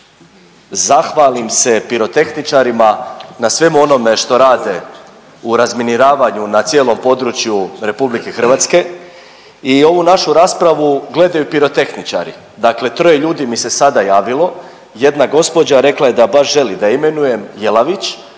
zahvalim se pirotehničarima na svemu onome što rade u razminiravanju na cijelom području RH i ovu našu raspravu gledaju pirotehničari. Dakle, troje ljudi mi se sada javilo, jedna gospođa rekla je da baš želi da je imenujem, Jelavić,